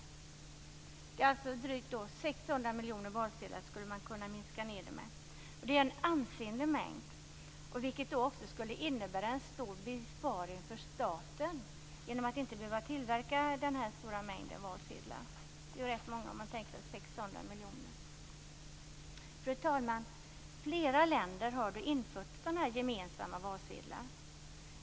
Man skulle alltså kunna minska med drygt 600 miljoner valsedlar. Det är en ansenlig mängd. Det skulle också innebära en stor besparing för staten, som inte skulle behöva tillverka den här stora mängden valsedlar. Det är ju rätt många det handlar om; 600 miljoner. Fru talman! Flera länder har infört sådana här gemensamma valsedlar.